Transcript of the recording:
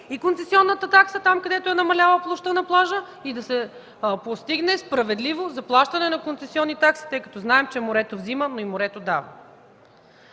и концесионната такса там, където е намаляла площта на плажа, и да се постигне справедливо заплащане на концесионни такси, тъй като знаем, че морето взема, но и дава.